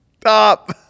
stop